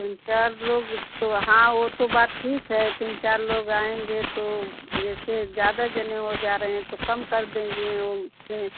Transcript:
तीन चार लोग तो हाँ वह तो बात ठीक है तीन चार लोग आएँगे तो जैसे ज़्यादा जन हो जा रहें तो कम कर देंगे उसमें